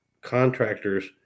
contractors